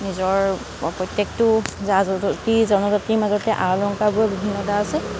নিজৰ প্ৰত্যেকটো জাতি জনজাতিৰ মাজতে আ অলংকাৰবোৰৰ বিভিন্নতা আছে